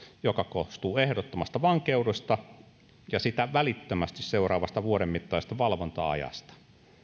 joka koostuu ehdottomasta vankeudesta ja sitä välittömästi seuraavasta vuoden mittaisesta valvonta ajasta